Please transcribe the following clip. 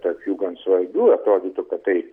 tokių gan svarbių atrodytų kad tai